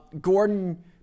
Gordon